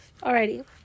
Alrighty